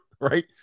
right